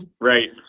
Right